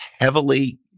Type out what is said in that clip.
heavily